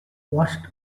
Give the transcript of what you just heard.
washed